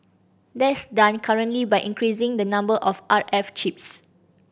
that's done currently by increasing the number of R F chips